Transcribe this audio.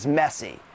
messy